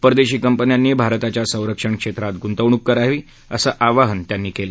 परदेशी कंपन्यांनी भारताच्या संरक्षण क्षेत्रात गुंतवणूक करावी असं आवाहनही त्यांनी केलं